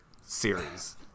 series